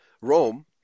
Rome